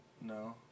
No